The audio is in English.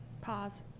Pause